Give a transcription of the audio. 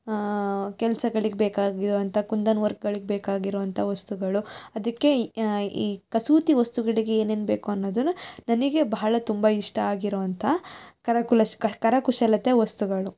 ಆಂ ಕೆಲ್ಸಗಳಿಗೆ ಬೇಕಾಗಿರುವಂಥ ಕುಂದನ್ ವರ್ಕ್ಗಳಿಗೆ ಬೇಕಾಗಿರುವಂಥ ವಸ್ತುಗಳು ಅದಕ್ಕೆ ಈ ಈ ಕಸೂತಿ ವಸ್ತುಗಳಿಗೆ ಏನೇನು ಬೇಕು ಅನ್ನೋದನ್ನು ನನಗೆ ಬಹಳ ತುಂಬ ಇಷ್ಟ ಆಗಿರುವಂಥ ಕರಕುಲಶ ಕರಕುಶಲತೆ ವಸ್ತುಗಳು